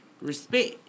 respect